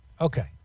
Okay